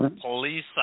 police